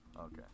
Okay